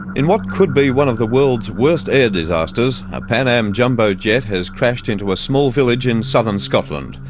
in what could be one of the world's worst air disasters, a pan am jumbo jet has crashed into a small village in southern scotland.